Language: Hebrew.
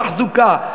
תחזוקה,